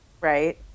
right